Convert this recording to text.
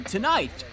Tonight